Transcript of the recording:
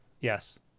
Yes